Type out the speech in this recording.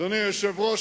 אדוני היושב-ראש,